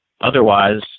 Otherwise